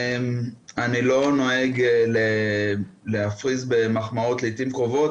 אני לא נוהג להפריז במחמאות לעיתים קרובות,